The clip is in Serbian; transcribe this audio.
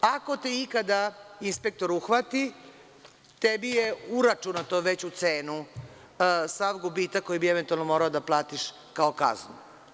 Ako te ikada inspektor uhvati, tebi je uračunat već u cenu sav gubitak koji bi eventualno morao da platiš kao kaznu.